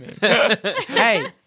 Hey